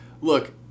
look